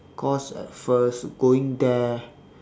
cause at first going there